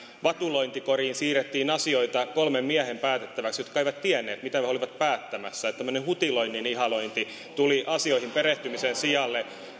vatulointikoriin siirrettiin asioita kolmen miehen jotka eivät tienneet mitä he olivat päättämässä päätettäväksi niin että tämmöinen hutiloinnin ihannointi tuli asioihin perehtymisen sijalle